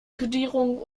kodierung